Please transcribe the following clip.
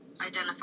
identify